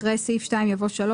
אחרי סעיף 2 יבוא '3.